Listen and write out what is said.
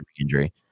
injury